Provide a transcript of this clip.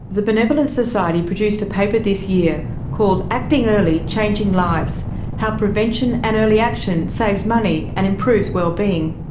the benevolent society produced a paper this year called, acting early, changing lives how prevention and early action saves money and improves wellbeing'.